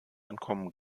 entkommen